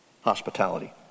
hospitality